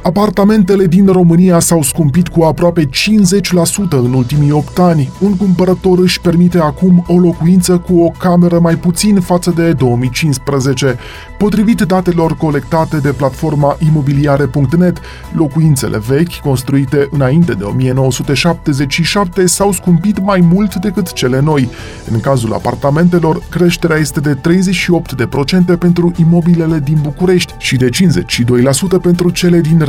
Apartamentele din România s-au scumpit cu aproape 50% în ultimii opt ani. Un cumpărător își permite acum o locuință cu o cameră mai puțin față de 2015. Potrivit datelor colectate de platforma imobiliare.net, locuințele vechi, construite înainte de 1977, s-au scumpit mai mult decât cele noi. În cazul apartamentelor, creșterea este de 38% pentru imobilele din București și de 52% pentru cele din